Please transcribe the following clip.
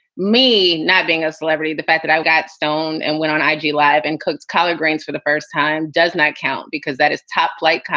me not being a celebrity, the fact that i've got stoned and went on ah aeg live and cooked collard greens for the first time does not count because that is top flight.